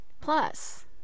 Plus